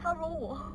它 roll 我